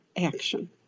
action